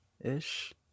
ish